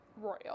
royal